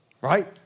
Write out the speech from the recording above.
Right